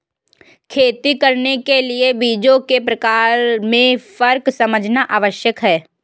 खेती करने के लिए बीजों के प्रकार में फर्क समझना आवश्यक है